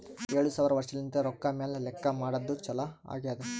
ಏಳು ಸಾವಿರ ವರ್ಷಲಿಂತೆ ರೊಕ್ಕಾ ಮ್ಯಾಲ ಲೆಕ್ಕಾ ಮಾಡದ್ದು ಚಾಲು ಆಗ್ಯಾದ್